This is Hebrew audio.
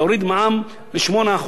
להוריד מע"מ ב-8%,